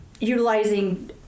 utilizing